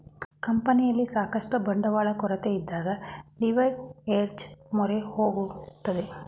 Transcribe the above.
ಕಂಪನಿಯಲ್ಲಿ ಸಾಕಷ್ಟು ಬಂಡವಾಳ ಕೊರತೆಯಿದ್ದಾಗ ಲಿವರ್ಏಜ್ ಮೊರೆ ಹೋಗುತ್ತದೆ